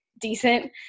decent